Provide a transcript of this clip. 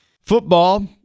football